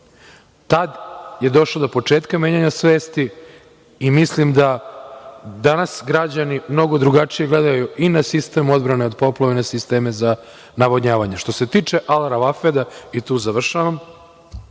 Tad je došlo do početka menjanje svesti i mislim da danas građani mnogo drugačije gledaju i na sistem odbrane od poplave i sisteme za navodnjavanje. Što se tiče „Al Ravafeda“, tu završavam,